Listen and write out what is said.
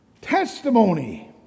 Testimony